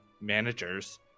managers